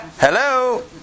Hello